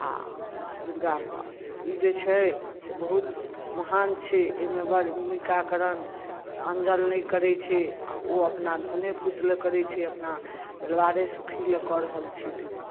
आ दुर्गा ऊपास ई जे छै से बहुत महान छै एहिमे बड निकाकरन अन्न जल नहि करै छै आ ओ अपना धने पूत लए करै छै अपना पलिवारे सुखी लए कऽ रहल छी दीदी